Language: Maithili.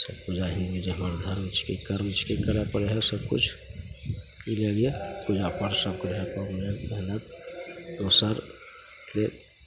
पूजा ही जे हमर धर्म छिकै कर्म छिकै करै पड़ै हइ सबकिछु एहिलिए पूजापाठ सब करै पड़ै हइ दोसर जे